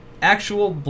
Actual